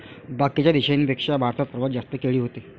बाकीच्या देशाइंपेक्षा भारतात सर्वात जास्त केळी व्हते